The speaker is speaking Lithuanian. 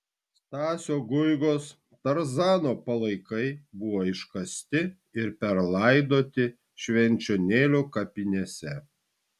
stasio guigos tarzano palaikai buvo iškasti ir perlaidoti švenčionėlių kapinėse